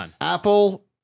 Apple